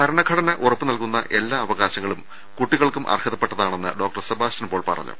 ഭരണഘടന ഉറപ്പ് നല്കുന്ന എല്ലാ അവകാശങ്ങളും കുട്ടികൾക്കും അർഹതപ്പെട്ടതാണെന്ന് ഡോ സെബാസ്റ്റ്യൻ പോൾ പറഞ്ഞു